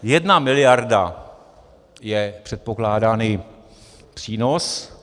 Jedna miliarda je předpokládaný přínos.